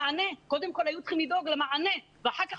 קודם כול היו צריכים לדאוג למענה ואחר כך